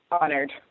honored